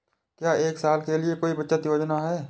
क्या एक साल के लिए कोई बचत योजना है?